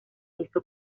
hizo